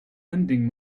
lending